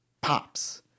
pops